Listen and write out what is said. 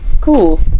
cool